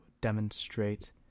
demonstrate